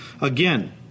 Again